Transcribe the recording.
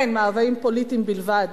כן, מאוויים פוליטיים בלבד.